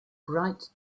bright